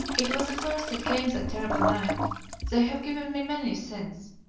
it was the first that came that terrible night. they have given me many since.